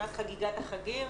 מבחינת חגיגת החגים